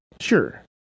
Sure